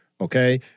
okay